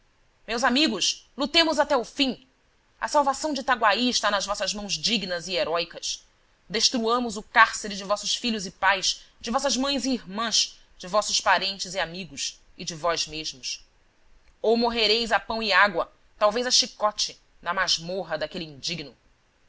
meus amigos lutemos até o fim a salvação de itaguaí está nas vossas mãos dignas e heróicas destruamos o cárcere de vossos filhos e pais de vossas mães e irmãs de vossos parentes e amigos e de vós mesmos ou morrereis a pão e água talvez a chicote na masmorra daquele indigno